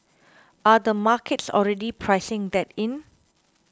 are the markets already pricing that in